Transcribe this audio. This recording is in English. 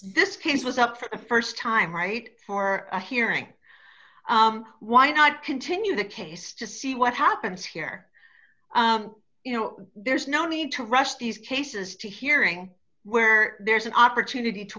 this case was up for the st time right for a hearing why not continue the case to see what happens here you know there's no need to rush these cases to hearing where there's an opportunity to